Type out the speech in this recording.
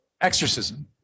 exorcism